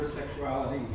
sexuality